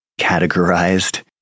categorized